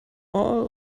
all